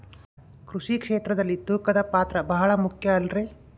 ಕೃಷಿ ಕ್ಷೇತ್ರದಲ್ಲಿ ತೂಕದ ಪಾತ್ರ ಬಹಳ ಮುಖ್ಯ ಅಲ್ರಿ?